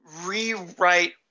rewrite